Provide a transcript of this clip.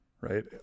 right